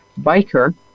biker